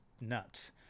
nuts